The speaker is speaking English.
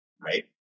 right